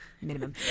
Minimum